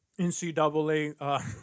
ncaa